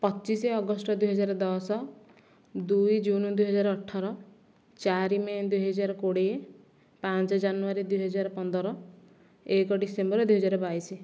ପଚିଶି ଅଗଷ୍ଟ ଦୁଇ ହଜାର ଦଶ ଦୁଇ ଜୁନ ଦୁଇ ହଜାର ଅଠର ଚାରି ମେ ଦୁଇ ହଜାର କୋଡ଼ିଏ ପାଞ୍ଚ ଜାନୁଆରୀ ଦୁଇ ହଜାର ପନ୍ଦର ଏକ ଡିସେମ୍ବର ଦୁଇ ହଜାର ବାଇଶି